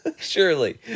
Surely